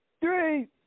Three